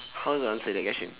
how to answer that question